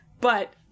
But-